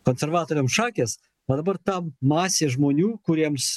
konservatoriam šakės va dabar ta masė žmonių kuriems